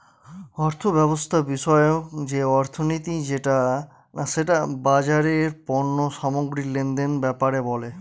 অর্থব্যবস্থা বিষয়ক যে অর্থনীতি সেটা বাজারের পণ্য সামগ্রী লেনদেনের ব্যাপারে বলে